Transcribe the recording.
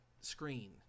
screen